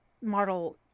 model